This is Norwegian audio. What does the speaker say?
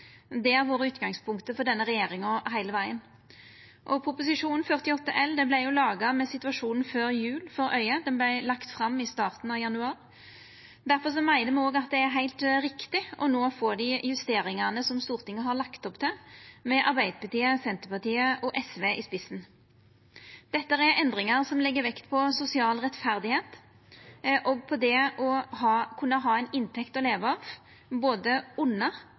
Det har vore utgangspunktet for denne regjeringa heile vegen. Prop. 48 L vart laga med situasjonen før jul for auge, og han vart lagd fram i starten av januar. Difor meiner me òg at det er heilt riktig no å få dei justeringane som Stortinget har lagt opp til, med Arbeidarpartiet, Senterpartiet og SV i spissen. Dette er endringar som legg vekt på sosial rettferd og på det å kunna ha ei inntekt å leva av, både under